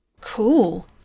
Cool